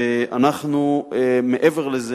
ומעבר לזה,